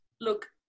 Look